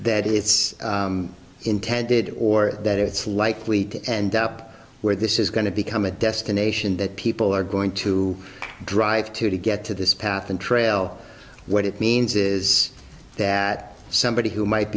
that it's intended or that it's likely to end up where this is going to become a destination that people are going to drive to to get to this path and trail what it means is that somebody who might